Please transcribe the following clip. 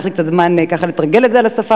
לקח לי קצת זמן ככה לתרגל את זה על השפה,